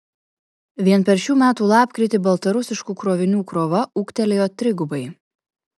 vien per šių metų lapkritį baltarusiškų krovinių krova ūgtelėjo trigubai